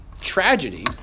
tragedy